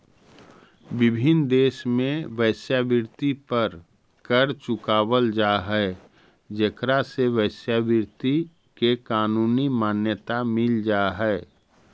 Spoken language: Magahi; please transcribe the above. विभिन्न देश में वेश्यावृत्ति पर कर चुकावल जा हई जेकरा से वेश्यावृत्ति के कानूनी मान्यता मिल जा हई